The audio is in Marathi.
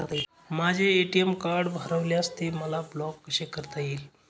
माझे ए.टी.एम कार्ड हरविल्यास ते मला ब्लॉक कसे करता येईल?